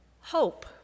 hope